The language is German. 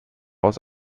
aus